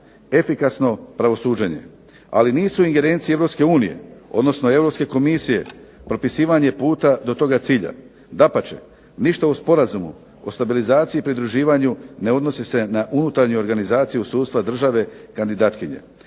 Efikasno pravosuđenje. Ali nisu u ingerenciji EU, odnosno Europske komisije propisivanje puta do toga cilja. Dapače, ništa u Sporazumu o stabilizaciji i pridruživanju ne odnosi se na unutarnju organizaciju sudstva države kandidatkinje